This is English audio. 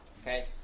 Okay